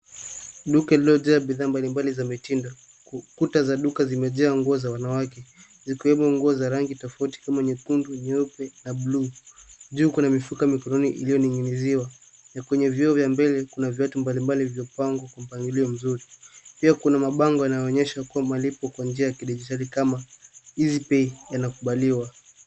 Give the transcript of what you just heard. Duka lililojaa bidhaa mbalimbali za mitindo, kuta za duka zimejaa nguo za wanawake, yakiwemo nguo za rangi tofauti kama nyekundu, nyeupe na blue .Juu kuna mifuko ya mikononi, iliyoning'iniziwa na kwenye vioo vya mbele kuna viatu mbalimbali vilivyopangwa kwa mpangilio mzuri .Pia kuna mabango yanayoonyesha kuwa malipo kwa njia ya kidijitali kama Eazzypay yanakubaliwa.